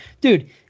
Dude